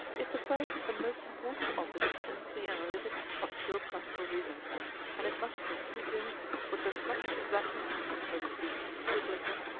is the first and most important office of the analytic of pure practical reason and it must proceed in it with as much exactness and, so to speak, scrupulousness,